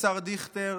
השר דיכטר,